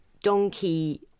donkey